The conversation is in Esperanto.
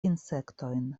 insektojn